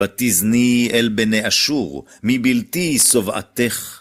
ותיזני אל בני אשור, מבלתי שובעתך.